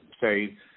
say